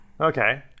Okay